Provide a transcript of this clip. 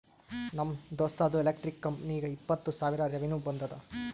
ನಮ್ ದೋಸ್ತ್ದು ಎಲೆಕ್ಟ್ರಿಕ್ ಕಂಪನಿಗ ಇಪ್ಪತ್ತ್ ಸಾವಿರ ರೆವೆನ್ಯೂ ಬಂದುದ